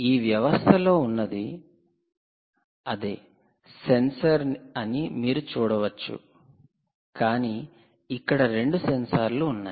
ఈ వ్యవస్థలో ఉన్నది అదే సెన్సార్ అని మీరు చూడవచ్చు కాని ఇక్కడ రెండు సెన్సార్లు ఉన్నాయి